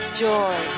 joy